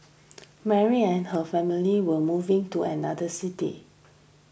Mary and her family were moving to another city